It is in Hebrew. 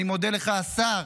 אני מודה לך, השר,